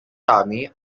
army